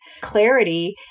clarity